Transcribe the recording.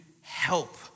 help